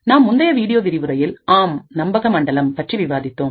நாம் முந்தைய வீடியோ விரிவுரையில் ஆம் நம்பகமண்டலம் பற்றி விவாதித்தோம்